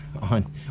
on